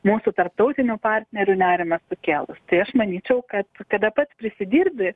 mūsų tarptautinių partnerių nerimą sukėlus tai aš manyčiau kad kada pats prisidirbi